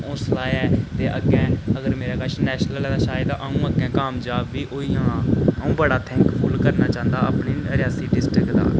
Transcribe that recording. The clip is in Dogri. ऐ ते अग्गें अगर मेरे कश नैशनल ऐ ते शायद अ'ऊं अग्गें कामयाब बी होई जाना अ'ऊं बड़ा थैंकफुल करना चांह्दा अपनी रियासी डिस्ट्रिक्ट दा